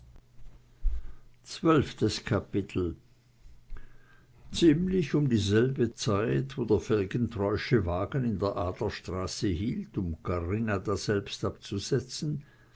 zwölftes kapitel ziemlich um dieselbe zeit wo der felgentreusche wagen in der adlerstraße hielt um corinna daselbst abzusetzen